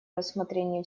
рассмотрение